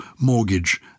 mortgage